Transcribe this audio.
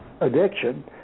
addiction